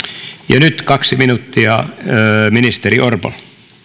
ja nyt kaksi minuuttia ministeri orpo